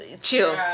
Chill